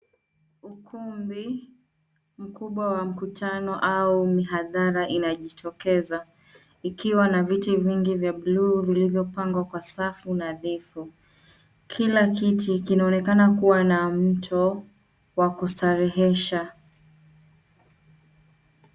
Ukumbi mkubwa wa mkutano au mihadhara inajitokeza, ikiwa na viti vingi vya bluu vilivyopangwa kwa safu nadhifu. Kila kiti kinaonekana kuwa na mto wa kustarehesha.